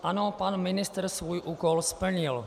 Ano, pan ministr svůj úkol splnil.